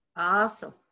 Awesome